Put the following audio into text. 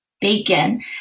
bacon